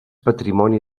patrimoni